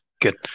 Good